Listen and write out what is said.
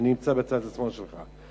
אני נמצא בצד שמאל שלך,